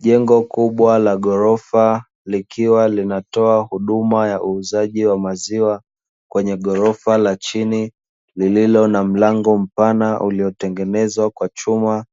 Jengo kubwa la ghorofa likiwa linatoa huduma ya uuzaji wa maziwa kwenye ghorofa la chini lililo na mlango mpana uliotengenezwa kwa chuma,